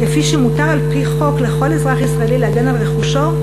כפי שמותר על-פי חוק לכל אזרח ישראלי להגן על רכושו,